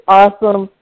awesome